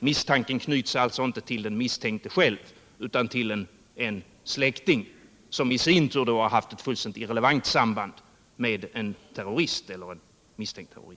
Misstanken knyts alltså inte till den misstänkte själv utan till en släkting, som i sin tur har haft ett fullständigt irrelevant samband med en terrorist — eller en person som misstänks för att vara